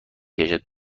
کشد